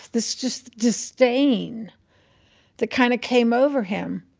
this just distain that kind of came over him.